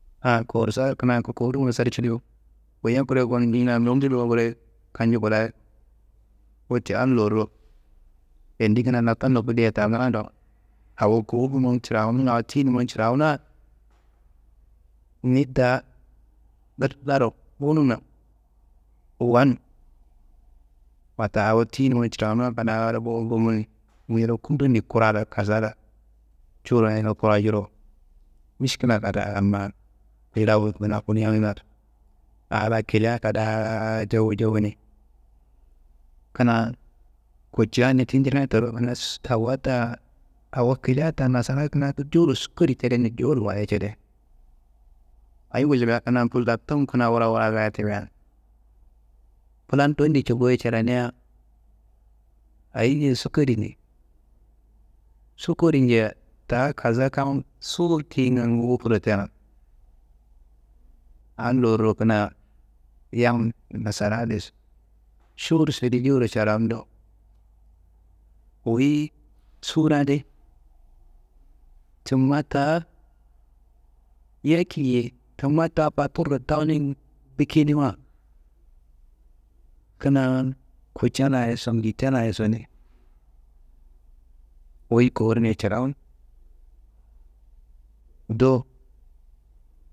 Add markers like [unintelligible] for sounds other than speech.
A kowursar kina kowurnumma sarci dowo, woya koreyi gonum limia linju dowo korei kanju koloye. Wote a lorro endi kina laptano kudeia ta ngilado awo kowurunumma cirawunu awo tiyinummayi cirawuna, ni ta ngillaro wunumma wan watta awo tiyinummayi cirawuna kina wala bumbu nji niro kundondi kura la kassa la cureyinu koloncuru miskila kadaa ma. [unintelligible] A laa kilia kadaa jowu jowuni kina kutcaa ni ti njira taro kina [noise] awo taa awo kilia ta awo kila tammia nassarayi kina jowuro sukkari cede nje joro waye cede, ayi gulimia? Kina laptun wura wura ngayi timia, filan dondi njo goyo caradia ayinguye sukkari nje, sukkari njea ta kasa kam suwu tiyingan ngufuro tena. Adi lorro kina yam nasara adi suwurso di jowuro carando wuyi suwur adi, tumma ta yaki ye tumma ta fotur tawuni bikinuwa, kina kuca layiso ngitta layiso di wuyi kowurniayi curawunu do.